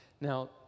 Now